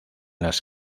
las